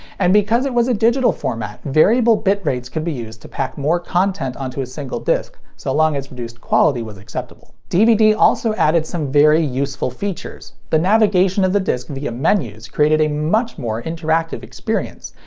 and because it was a digital format, variable bit rates could be used to pack more content onto a single disc, so long as reduced quality was acceptable. dvd also added some very useful features. the navigation of the disc via menus created a much more interactive experience,